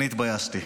אני התביישתי.